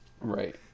Right